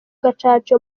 gacaca